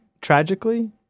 tragically